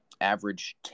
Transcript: average